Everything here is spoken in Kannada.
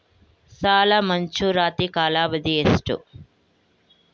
ಸಾಲ ಮಂಜೂರಾತಿ ಕಾಲಾವಧಿ ಎಷ್ಟು?